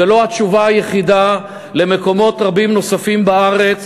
זו לא התשובה היחידה למקומות רבים נוספים בארץ,